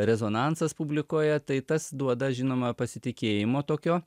rezonansas publikoje tai tas duoda žinoma pasitikėjimo tokio